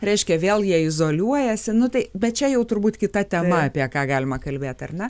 reiškia vėl jie izoliuojasi nu tai bet čia jau turbūt kita tema apie ką galima kalbėt ar ne